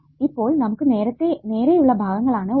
ഇപ്പോൾ നമുക്ക് നേരേയുള്ള ഭാഗങ്ങളാണ് ഉള്ളത്